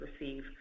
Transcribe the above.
receive